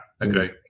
agree